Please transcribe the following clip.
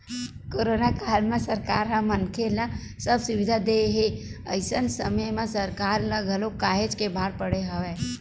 corona काल म सरकार ह मनखे ल सब सुबिधा देय हे अइसन समे म सरकार ल घलो काहेच के भार पड़े हवय